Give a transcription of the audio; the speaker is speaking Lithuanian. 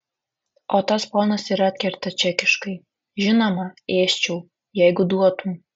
o tas ponas ir atkerta čekiškai žinoma ėsčiau jeigu duotum